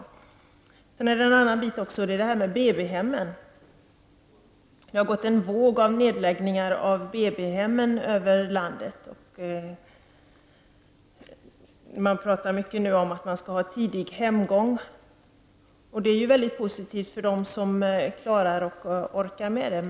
En annan viktig fråga gäller BB-hemmen. Det har gått en våg av nedläggningar av BB-hem över landet. Man talar om att det skall vara tidig hemgång. Det är positivt för dem som klarar av och orkar med det.